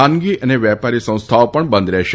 ખાનગી અને વ્યાપારી સંસ્થાઓ પણ બંધ રહેશે